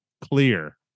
clear